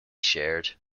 shared